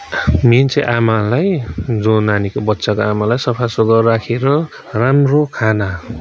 main चाहिँ आमालाई जो नानीको बच्चाको आमालाई सफासुग्घर राखेर राम्रो खाना